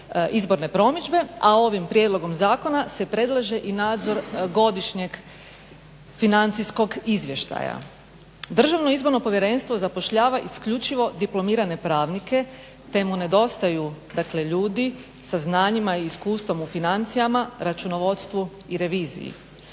izborne promidžbe, a ovim prijedloga zakona se predlaže i nadzor godišnjeg financijskog izvještaja. Državno izborno povjerenstvo zapošljava isključivo diplomirane pravnike, te mu nedostaju dakle ljudi sa znanjima i iskustvom u financijama, računovodstvu i reviziji.